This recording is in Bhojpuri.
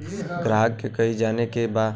ग्राहक के ई जाने के बा